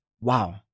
wow